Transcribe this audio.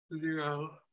Zero